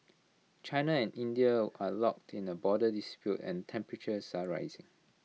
China and India are locked in A border dispute and temperatures are rising